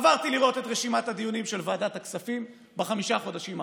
עברתי לראות את רשימת הדיונים של ועדת הכספים בחמישה החודשים האחרונים.